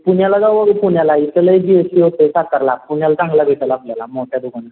पुण्याला जाऊ आपण पुण्याला इथं खूप जी एस टी होतं आहे सातारला पुण्याला चांगला भेटेल आपल्याला मोठ्या दुकानात